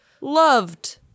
loved